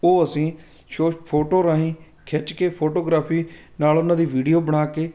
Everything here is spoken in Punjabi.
ਉਹ ਅਸੀਂ ਸ਼ੋਸ ਫੋਟੋ ਰਾਹੀਂ ਖਿੱਚ ਕੇ ਫੋਟੋਗ੍ਰਾਫੀ ਨਾਲ ਉਹਨਾਂ ਦੀ ਵੀਡੀਓ ਬਣਾ ਕੇ